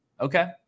Okay